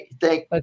thank